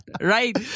Right